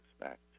expect